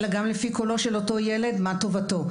אלא גם לפי קולו של אותו ילד מה טובתו.